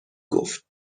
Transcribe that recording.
گفت